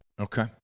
Okay